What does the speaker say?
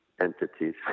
entities